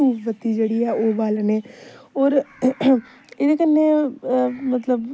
धूफ बत्ती जेह्ड़ी ऐ ओह् बालने होर एह्दे कन्नै मतलब